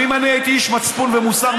אם אני הייתי איש מצפון ומוסר,